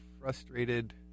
frustrated